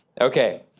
Okay